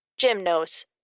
gymnos